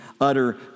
utter